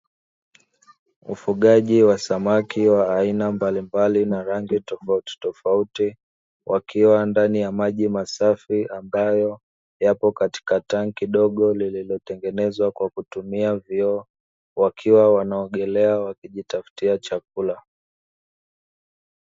Ufugaji wa samaki wa aina mbalimbali na rangi tofauti tofauti, wakiwa ndani ya maji masafi ambayo yapo katika tanki dogo lililotengenezwa kwa kutumia vioo wakiwa wanaogelea wakijitafutia chakula.